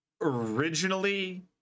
originally